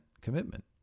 commitment